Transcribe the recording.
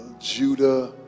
Judah